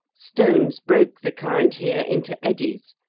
stones broke the current here into eddies,